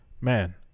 man